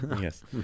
Yes